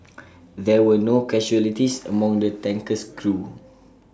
there were no casualties among the tanker's crew